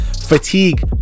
Fatigue